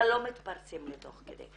אבל לא מתפרצים תוך כדי.